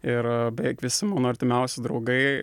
ir beveik visi mano artimiausi draugai